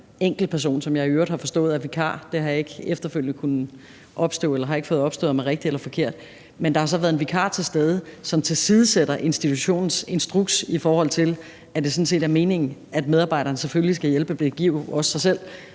enkeltperson, som jeg i øvrigt har forstået er vikar. Det har jeg ikke efterfølgende fået opstøvet om er rigtigt eller forkert, men der har så været en vikar til stede, som tilsidesætter institutionens instruks, i forhold til at det sådan set er meningen, at medarbejderne selvfølgelig skal hjælpe – og det giver jo også sig selv